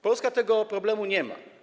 Polska tego problemu nie ma.